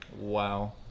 Wow